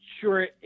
sure